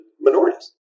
minorities